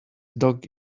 dog